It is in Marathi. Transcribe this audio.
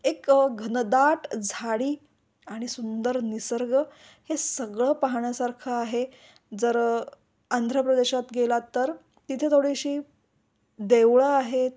एक घनदाट झाडी आणि सुंदर निसर्ग हे सगळं पाहण्यासारखं आहे जर आंध्रप्रदेशात गेला तर तिथे थोडीशी देवळं आहेत